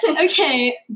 Okay